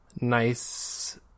nice